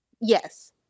Yes